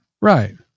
Right